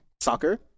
soccer